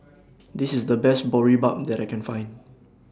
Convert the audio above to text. This IS The Best Boribap that I Can Find